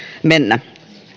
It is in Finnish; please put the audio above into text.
mennä